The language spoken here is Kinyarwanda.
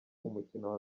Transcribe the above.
umukino